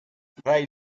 fray